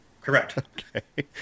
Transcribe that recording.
Correct